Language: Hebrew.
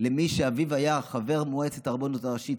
למי שאביו היה חבר מועצת הרבנות הראשית,